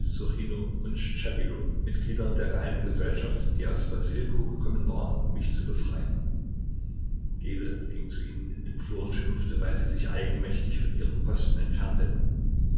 und schtschepilo mitglieder der geheimen gesellschaft die aus wassilkow gekommen waren um mich zu befreien gebel ging zu ihnen in den flur und schimpfte weil sie sich eigenmächtig von ihren posten entfernt hätten